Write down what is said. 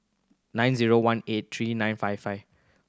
nine zero one eight three nine five five